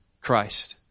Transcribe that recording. Christ